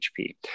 HP